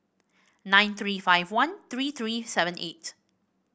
nine three five one three three seven eight